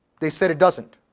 they said it doesn't.